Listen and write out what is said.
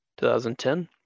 2010